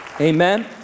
Amen